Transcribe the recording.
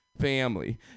family